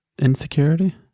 insecurity